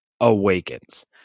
awakens